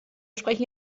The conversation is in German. sprechen